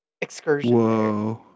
excursion